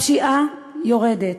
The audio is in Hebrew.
הפשיעה יורדת